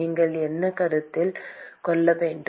நீங்கள் என்ன கருத்தில் கொள்ள வேண்டும்